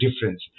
difference